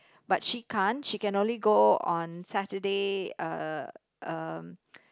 but she can't she can only go on Saturday uh um